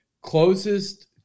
Closest